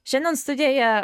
šiandien studijoje